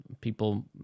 people